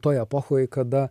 toj epochoj kada